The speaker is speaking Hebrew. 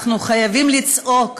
אנחנו חייבים לצעוק,